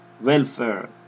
welfare